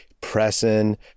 pressing